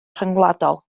rhyngwladol